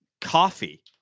coffee